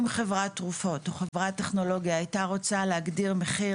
אם חברת תרופות או חברת טכנולוגיה הייתה רוצה להגדיר מחיר